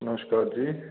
नमस्कार जी